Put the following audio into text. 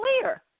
clear